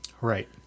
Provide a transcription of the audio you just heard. Right